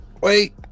Wait